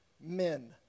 men